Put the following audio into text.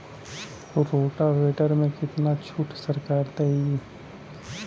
Rotavator में कितना छूट सरकार देही?